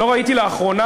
לא ראיתי לאחרונה,